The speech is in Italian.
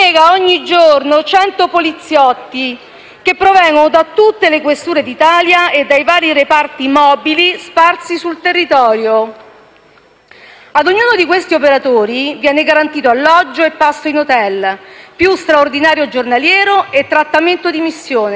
giorno 100 poliziotti, che provengono da tutte le questure d'Italia e dai vari reparti mobili sparsi sul territorio. Ad ognuno di questi operatori viene garantito alloggio e pasto in *hotel*, più lo straordinario giornaliero e il trattamento di missione.